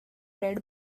red